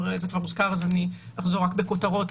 זה כבר הוזכר, אז אני אחזור רק בכותרות.